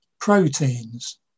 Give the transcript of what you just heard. proteins